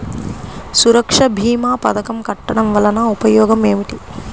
సురక్ష భీమా పథకం కట్టడం వలన ఉపయోగం ఏమిటి?